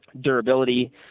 durability